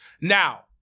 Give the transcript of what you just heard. Now